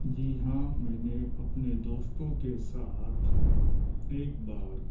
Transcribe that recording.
جی ہاں میں نے اپنے دوستوں کے ساتھ ایک بار